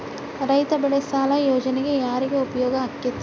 ರೈತ ಬೆಳೆ ಸಾಲ ಯೋಜನೆ ಯಾರಿಗೆ ಉಪಯೋಗ ಆಕ್ಕೆತಿ?